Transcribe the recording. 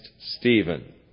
Stephen